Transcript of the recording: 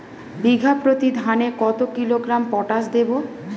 বিঘাপ্রতি ধানে কত কিলোগ্রাম পটাশ দেবো?